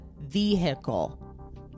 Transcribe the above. vehicle